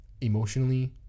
emotionally